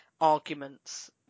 arguments